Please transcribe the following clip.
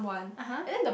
(uh huh)